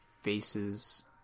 Faces